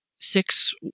six